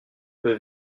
peux